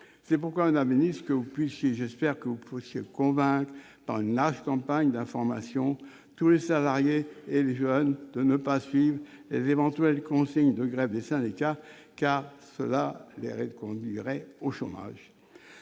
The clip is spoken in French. leur activité. Madame la ministre, j'espère que vous pourrez convaincre, par une large campagne d'information, tous les salariés et les jeunes de ne pas suivre les éventuelles consignes de grève des syndicats, car cela les conduirait au chômage.